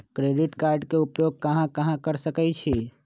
Credit card के उपयोग कहां कहां कर सकईछी?